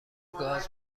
گاز